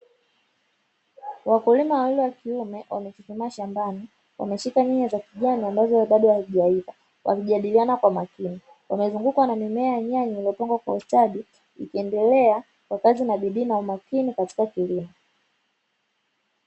Wakulima wawili wa kiume wamesimama shambani, wameshika nyanya za kijani ambazo bado hazijaiva, wakijadiliana kwa makini, wamezungukwa na mimea ya nyanya iliyopangwa kwa ustadi ikiendelea kwa kazi na bidii katika kilimo.